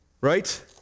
Right